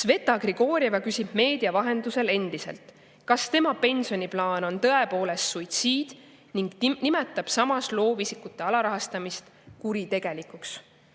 Sveta Grigorjeva küsib meedia vahendusel endiselt, kas tema pensioniplaan on tõepoolest suitsiid, ning nimetab samas loovisikute alarahastamist kuritegelikuks.